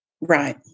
Right